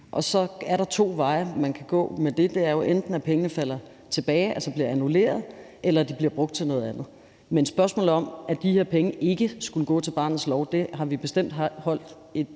Så er der to veje, man kan gå med det, og det er jo enten, at pengene falder tilbage, altså at det bliver annulleret, eller at de bliver brugt til noget andet. Men spørgsmålet om, at de her penge ikke skulle gå til barnets lov, har vi bestemt holdt et